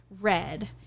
Red